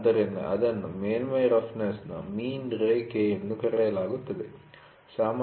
ಆದ್ದರಿಂದ ಅದನ್ನು ಮೇಲ್ಮೈ ರಫ್ನೆಸ್'ನ ಮೀನ್ ರೇಖೆ ಎಂದು ಕರೆಯಲಾಗುತ್ತದೆ ಸರಿ